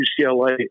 UCLA